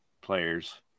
players